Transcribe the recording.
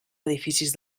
edificis